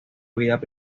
vida